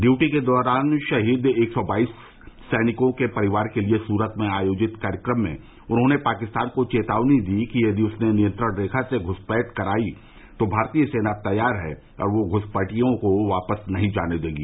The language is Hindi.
ड्यूटी के दौरान शहीद एक सौ बाईस सैनिकों के परिवार के लिए सूरत में आयोजित कार्यक्रम में उन्होंने पाकिस्तान को चेतावनी दी कि यदि उसने नियंत्रण रेखा से घुसपैठ कराई तो भारतीय सेना तैयार है और वह घुसपैठियों को वापस नहीं जाने देगी